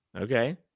Okay